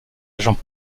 agents